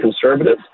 conservatives